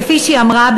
כפי שהיא אמרה,